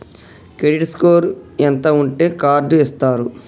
Credit score ఎంత ఉంటే card ఇస్తారు?